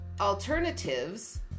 alternatives